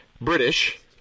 British